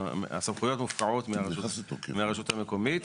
הסמכויות מופקעות מהרשות המקומית.